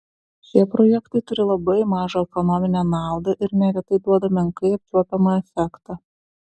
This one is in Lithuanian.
šie projektai turi labai mažą ekonominę naudą ir neretai duoda menkai apčiuopiamą efektą